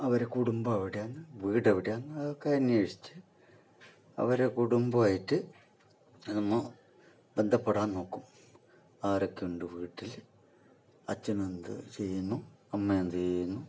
അവർ കുടുംബം എവിടെയാണ് വീട് എവിടെയാണ് അതൊക്കെ അന്വേഷിച്ച് അവരെ കുടുംബമായിട്ട് നമ്മൾ ബന്ധപ്പെടാൻ നോക്കും ആരൊക്കെ ഉണ്ട് വീട്ടിൽ അച്ഛനെന്തു ചെയ്യുന്നു അമ്മ എന്ത് ചെയ്യുന്നു